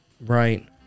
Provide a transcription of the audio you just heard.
Right